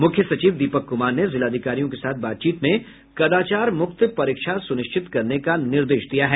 मुख्य सचिव दीपक कुमार ने जिलाधिकारियों के साथ बातचीत में कदाचार मुक्त परीक्षा सुनिश्चित करने का निर्देश दिया है